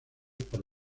por